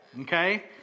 okay